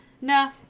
No